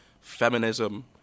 feminism